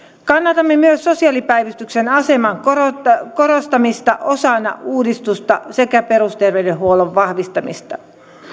kannatamme myös sosiaalipäivystyksen aseman korostamista korostamista osana uudistusta sekä perusterveydenhuollon vahvistamista